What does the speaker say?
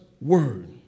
word